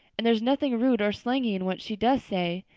and there's nothing rude or slangy in what she does say.